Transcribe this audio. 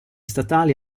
statali